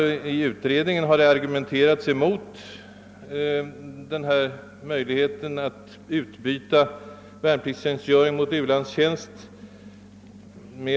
I utredningen har en rad argument framförts mot möjligheten att utbyta värnpliktstjänstgöring mot u-landsarbete.